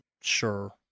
Sure